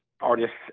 artists